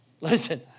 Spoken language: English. Listen